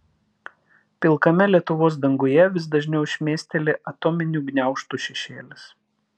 pilkame lietuvos danguje vis dažniau šmėsteli atominių gniaužtų šešėlis